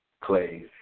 clays